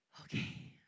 Okay